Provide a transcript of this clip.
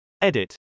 Edit